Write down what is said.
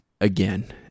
again